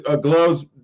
gloves